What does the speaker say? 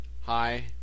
Hi